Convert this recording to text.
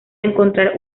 encontrar